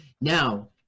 Now